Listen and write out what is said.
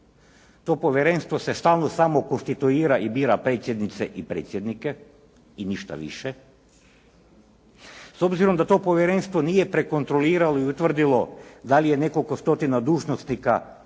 to povjerenstvo se stalno samo konstituira i bira predsjednice i predsjednike i ništa više. S obzirom da to povjerenstvo nije prekontroliralo i utvrdilo da li je nekoliko stotina dužnosnika kojima